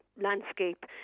landscape